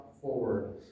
forward